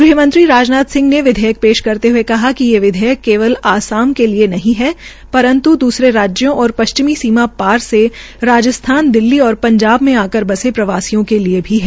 गृह मंत्री राजनाथ सिंह विधेयक पेश करते हये कहा कि ये विधेयक केवल असाम के लिये नहीं है परन्त् दूसरे राज्यों और पश्चिमी सीमा पास से राजस्थान दिल्ली और पंजाब में आकर बसे प्रवासियों के लिये भी है